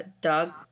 dog